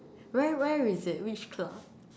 where where is it which club